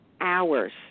hours